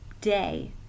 day